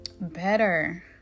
better